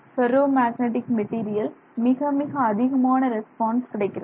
ferro magnetic material மிக மிக அதிகமான ரெஸ்பான்ஸ் கிடைக்கிறது